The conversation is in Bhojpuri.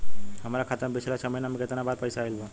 हमरा खाता मे पिछला छह महीना मे केतना पैसा आईल बा?